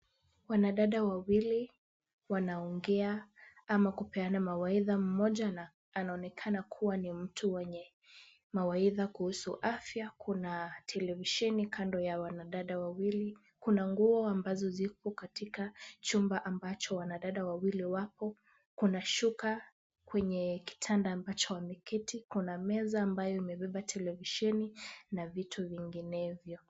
Wanadada wawili wanaongea ama kupeana mawaidha, mmoja anaonekana kuwa ni mtu mwenye mawaidha kuhusu afya, kuna televisheni kando ya wanadada wawili, kuna nguo ambazo ziko katika chumba ambacho wanadada wawili wapo, kuna shuka kwenye kitanda ambacho wameketi, kuna meza ambayo imebeba televisheni na vitu vinginevyo.